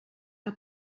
que